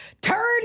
Turd